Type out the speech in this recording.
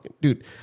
Dude